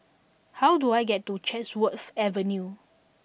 how do I get to Chatsworth Avenue